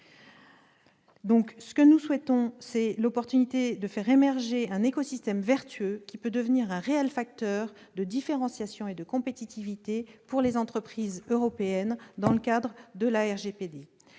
algorithmes. Nous souhaitons avoir l'opportunité de faire émerger un écosystème vertueux qui puisse devenir un réel facteur de différenciation et de compétitivité pour les entreprises européennes dans le cadre du RGPD.